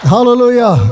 Hallelujah